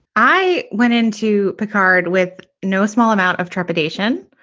i went into picard with no small amount of trepidation.